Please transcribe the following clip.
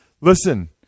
Listen